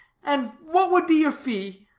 and what would be your fee?